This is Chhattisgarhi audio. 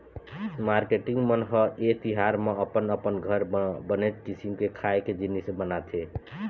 मारकेटिंग मन ह ए तिहार म अपन अपन घर म बनेच किसिम के खाए के जिनिस बनाथे